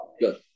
Good